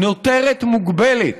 נותרת מוגבלת.